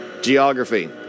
Geography